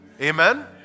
Amen